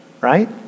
right